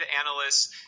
analysts